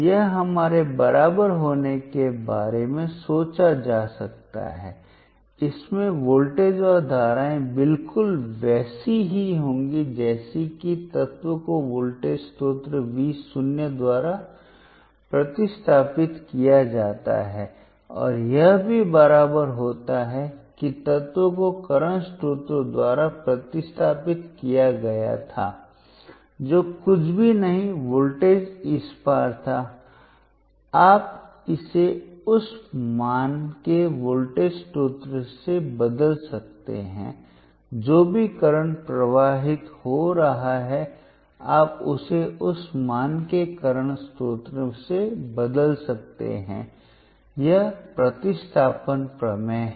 यह हमारे बराबर होने के बारे में सोचा जा सकता है इसमें वोल्टेज और धाराएं बिल्कुल वैसी ही होंगी जैसे कि तत्व को वोल्टेज स्रोत V शून्य द्वारा प्रतिस्थापित किया जाता है और यह भी बराबर होता है कि तत्व को करंट स्रोत द्वारा प्रतिस्थापित किया गया था जो कुछ भी नहीं वोल्टेज इस पार था आप इसे उस मान के वोल्टेज स्रोत से बदल सकते हैं जो भी करंट प्रवाहित हो रहा है आप उसे उस मान के करंट स्रोत से बदल सकते हैं यह प्रतिस्थापन प्रमेय है